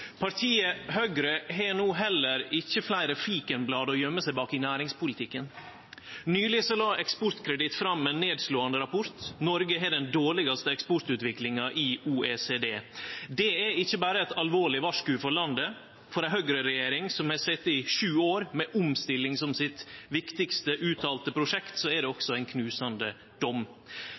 Partiet Høgre har no heller ikkje fleire fikenblad å gøyme seg bak i næringspolitikken. Nyleg la Eksportkreditt fram ein nedslåande rapport: Noreg har den dårlegaste eksportutviklinga i OECD. Det er ikkje berre eit alvorleg varsku for landet. For ei høgreregjering som har sete i sju år med omstilling som det viktigaste uttalte prosjektet sitt, er det også ein knusande dom.